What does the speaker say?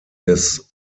des